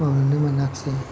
मावनोनो मोनाखिसै